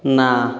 ନା